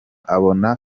abona